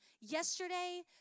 yesterday